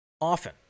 often